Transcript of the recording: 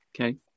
okay